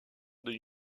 d’un